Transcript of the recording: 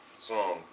song